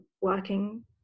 working